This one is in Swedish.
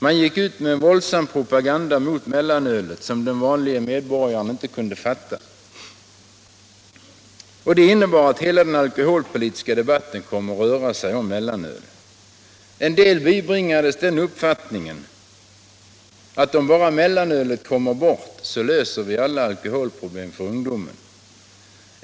Man gick ut med en våldsam propaganda mot mellanölet som den vanliga medborgaren inte kunde genomskåda. Det innebar att hela den alkoholpolitiska debatten kom att röra sig om mellanölet. En del personer bibringades den uppfattningen att om bara mellanölet kommer bort så löser vi alla alkoholproblem för ungdomen.